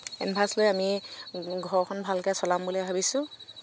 লৈ আমি ঘৰখন ভালকৈ চলাম বুলি ভাবিছো